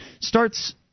starts